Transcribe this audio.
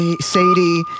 Sadie